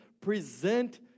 present